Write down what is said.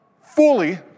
fully